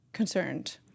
concerned